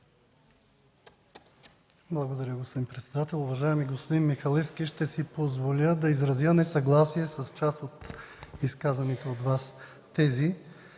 Благодаря, господин председател. Уважаеми господин Михалевски, ще си позволя да изразя несъгласие с част от изказаните от Вас тèзи